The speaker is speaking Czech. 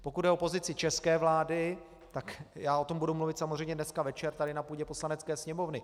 Pokud jde o pozici české vlády, tak o tom budu mluvit samozřejmě dneska večer tady na půdě Poslanecké sněmovny.